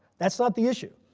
that's not the issue.